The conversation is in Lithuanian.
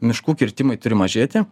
miškų kirtimai turi mažėti